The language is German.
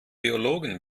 biologen